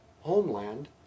homeland